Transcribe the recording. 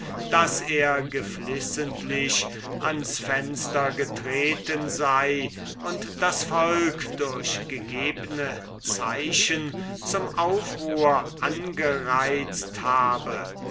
daß er geflissentlich ans fenster getreten sei und das volk durch gegebne zeichen zum aufruhr angereizet habe